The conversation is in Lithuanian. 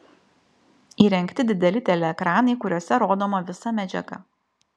įrengti dideli teleekranai kuriuose rodoma visa medžiaga